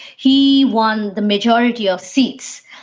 he won the majority of seats.